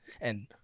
And-